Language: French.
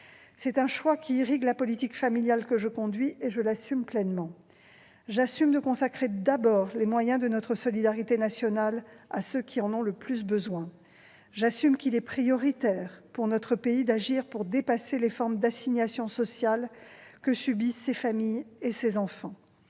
C'est un choix qui irrigue la politique familiale que je conduis, et je l'assume pleinement. J'assume de consacrer les moyens de notre solidarité nationale d'abord à ceux qui en ont le plus besoin. J'assume qu'il est prioritaire pour notre pays d'agir pour dépasser les formes d'assignation sociale que subissent ces familles et ces enfants.